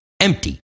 empty